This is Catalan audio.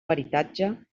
peritatge